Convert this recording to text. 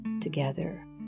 together